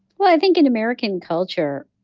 well, i think in american culture,